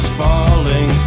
falling